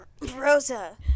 Rosa